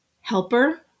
helper